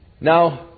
Now